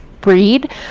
breed